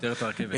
אדוני,